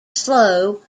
slough